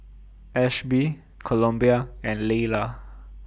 Ashby Columbia and Laylah